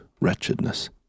wretchedness